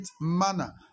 manner